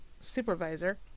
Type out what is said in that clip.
supervisor